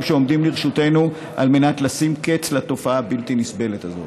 שעומדים לרשותנו על מנת לשים קץ לתופעה הבלתי-נסבלת הזאת.